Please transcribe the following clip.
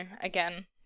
Again